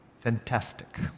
fantastic